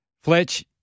Fletch